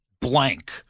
blank